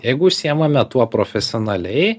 jeigu užsiimame tuo profesionaliai